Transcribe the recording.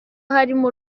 harimo